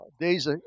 days